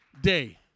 day